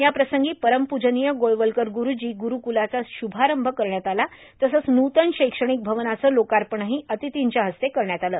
याप्रसंगी परमपूजनीय गोळवलकर गुरूजी गुरूकुलाचा शुभारंभ करण्यात आला तसंच नूतन शैक्षणिक भवनाचं लोकार्पणही अतिर्थीच्या हस्ते करण्यात आलं